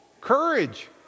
courage